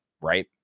right